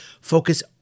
focus